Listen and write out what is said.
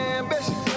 ambition